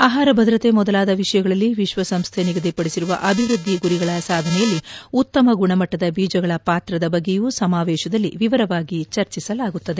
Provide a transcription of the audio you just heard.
ಆಹಾರ ಭದ್ರತೆ ಮೊದಲಾದ ವಿಷಯಗಳಲ್ಲಿ ವಿಶ್ವ ಸಂಸ್ಥೆ ನಿಗದಿಪಡಿಸಿರುವ ಅಭಿವೃದ್ದಿ ಗುರಿಗಳ ಸಾಧನೆಯಲ್ಲಿ ಉತ್ತಮ ಗುಣಮಟ್ಟದ ಬೀಜಗಳ ಪಾತ್ರದ ಬಗ್ಗೆಯೂ ಸಮಾವೇಶದಲ್ಲಿ ವಿವರವಾಗಿ ಚರ್ಚಿಸಲಾಗುತ್ತದೆ